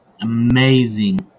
Amazing